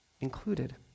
included